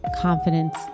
confidence